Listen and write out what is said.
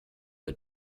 der